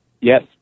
Yes